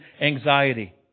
anxiety